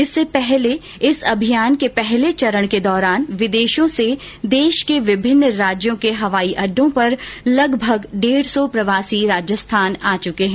इससे पहले इस अभियान के पहले चरण के दौरान विदेशों से देश के विभिन्न राज्यो के हवाई अड्डों पर लगभग डेढ सौ प्रवासी राजस्थानी आ चुके है